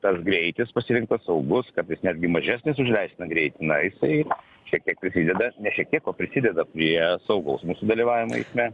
tas greitis pasirinktas saugus kartais netgi mažesnis už leistiną greitį na jisai šiek tiek prisideda ne šiek tiek o prisideda prie saugaus mūsų dalyvavimo eisme